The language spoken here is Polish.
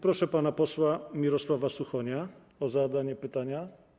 Proszę pana posła Mirosława Suchonia o zadanie pytania.